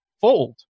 fold